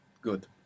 Good